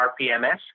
RPMS